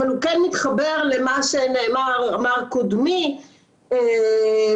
אבל הוא כן מתחבר למה שאמר קודמי בדיון,